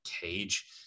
cage